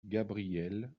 gabrielle